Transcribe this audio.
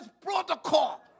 protocol